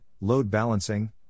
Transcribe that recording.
load-balancing